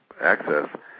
access